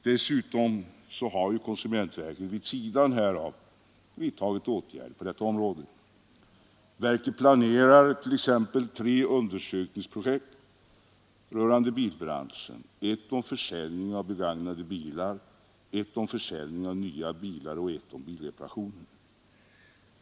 Dessutom har konsumentverket vid sidan härav vidtagit åtgärder på detta område. Verket planerar t.ex. tre undersökningsprojekt rörande bilbranschen: ett om försäljning av begagnade bilar, ett om försäljning av nya bilar och ett om bilreparationer.